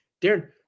Darren